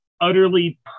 utterly